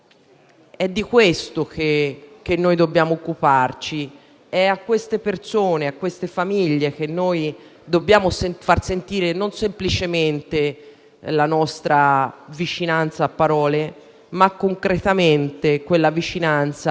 È di questo che dobbiamo occuparci, è a queste persone e a queste famiglie che dobbiamo far sentire non semplicemente la nostra vicinanza a parole, ma una vicinanza